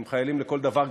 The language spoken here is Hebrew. הם חיילים לכל דבר,